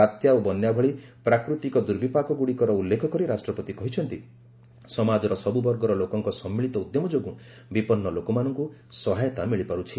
ବାତ୍ୟା ଓ ବନ୍ୟା ଭଳି ପ୍ରାକୃତିକ ଦୁର୍ବିପାକଗୁଡ଼ିକର ଉଲ୍ଲେଖ କରି ରାଷ୍ଟ୍ରପତି କହିଛନ୍ତି ସମାଜର ସବୁବର୍ଗର ଲୋକଙ୍କ ସମ୍ମିଳିତ ଉଦ୍ୟମ ଯୋଗୁଁ ବିପନ୍ନ ଲୋକମାନଙ୍କୁ ସହାୟତା ମିଳିପାରୁଛି